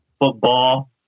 football